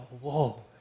whoa